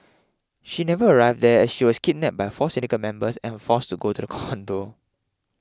she never arrived there she was kidnapped by four syndicate members and forced to go to the condo